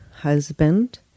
husband